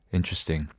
Interesting